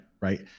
right